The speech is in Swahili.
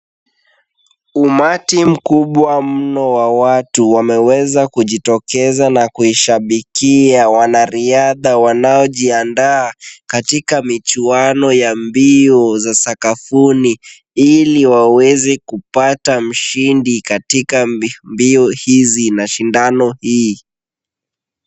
Umati mkubwa mno wa watu wameweza kujitokeza na kuishabikia wanariadha wanaojiandaa katika michuano ya mbio za sakafuni ili waweze kupata mshindi katika mbio hizi na shindano hii.